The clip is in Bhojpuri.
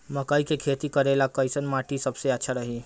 मकई के खेती करेला कैसन माटी सबसे अच्छा रही?